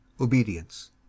obedience